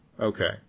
Okay